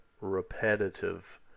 repetitive